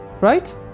Right